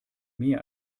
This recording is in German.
mehr